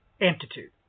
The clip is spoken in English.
amplitude